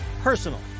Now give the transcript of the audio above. personal